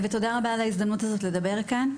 ותודה רבה על ההזדמנות לדבר כאן.